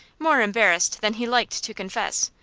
more embarrassed than he liked to confess,